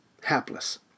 hapless